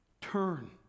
Turn